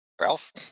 Ralph